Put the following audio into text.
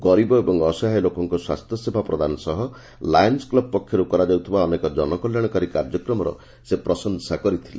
ଗରିବ ଏବଂ ଅସହାୟ ଲୋକଙ୍ଙ ସ୍ୱାସ୍ଥ୍ୟସେବା ପ୍ରଦାନ ସହ ଲାୟନ୍ବ କ୍ଲବ ପକ୍ଷରୁ କରାଯାଉଥିବା ଅନେକ ଜନକଲ୍ୟାଣକାରୀ କାର୍ଯ୍ୟକ୍ରମର ସେ ପ୍ରଶଂସା କରିଥିଲେ